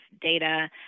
data